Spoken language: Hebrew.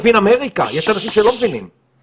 יש לנו בעיה, אנחנו רוצים להתמודד איתה.